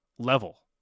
level